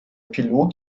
pilot